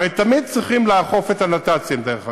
הרי תמיד צריך לאכוף את הנת"צים, דרך אגב.